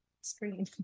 Screen